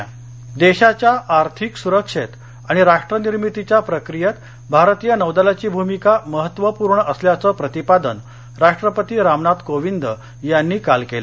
INS Shivaji राष्ट्पती देशाच्या आर्थिक सुरक्षेत आणि राष्ट्रनिर्मितीच्या प्रक्रियेत भारतीय नौदलाची भूमिका महत्त्वपूर्ण असल्याचं प्रतिपादन राष्ट्रपती रामनाथ कोविंद यांनी काल केलं